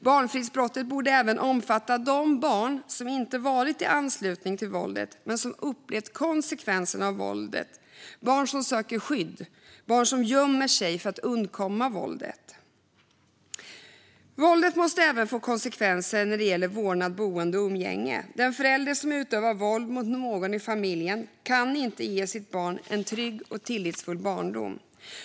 Barnfridsbrottet borde även omfatta de barn som inte varit i anslutning till våldet men som har upplevt konsekvenserna av våldet, barn som söker skydd och barn som gömmer sig för att undkomma våldet. Våldet måste även få konsekvenser när det gäller vårdnad, boende och umgänge. Den förälder som utövar våld mot någon i familjen kan inte ge sitt barn en trygg och tillitsfull barndom.